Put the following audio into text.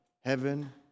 heaven